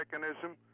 mechanism